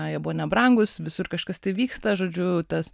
jie buvo nebrangūs visur kažkas tai vyksta žodžiu tas